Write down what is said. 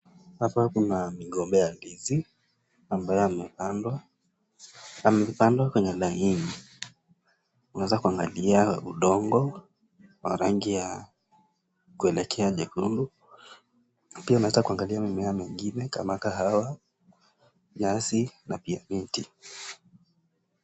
Hapa kuna migomba ya ndizi ambaye amepandwa. Amepandwa kwenye laini. Unaweza kuangalia udongo wa rangi ya kuelekea jekundu na pia unaweza kuangalia mimea mingine kama kahawa, nyasi na pia miti.